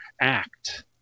act